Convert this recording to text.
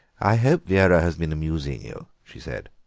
i hope vera has been amusing you? she said.